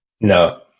no